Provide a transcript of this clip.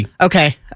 Okay